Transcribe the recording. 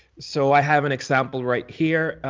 so i have an example right here.